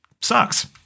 sucks